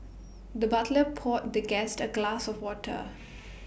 the butler poured the guest A glass of water